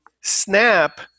snap